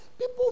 people